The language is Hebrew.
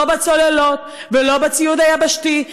לא בצוללות ולא בציוד היבשתי,